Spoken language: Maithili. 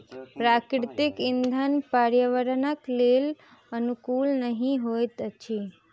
प्राकृतिक इंधन पर्यावरणक लेल अनुकूल नहि होइत अछि